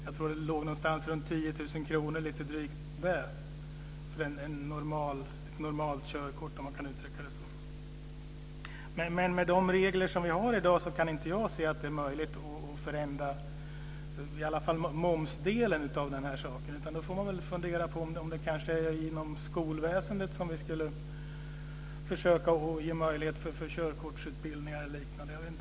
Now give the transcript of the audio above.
Jag tror att kostnaden låg på drygt 10 000 kr för ett normalkörkort, om man kan uttrycka det så. Men med de regler som vi har i dag kan jag inte se någon möjlighet att förändra momsdelen, utan då får man fundera på om det är möjligt att ordna körkortsutbildning inom skolväsendet.